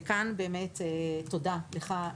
וכאן באמת תודה לך,